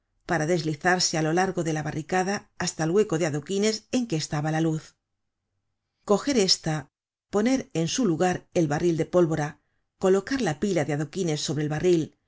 para deslizarse á lo large de la barricada hasta el hueco de adoquines en que estaba la luz coger ésta poner en su lugar el barril de pólvora colocar la pila de adoquines sobre el barril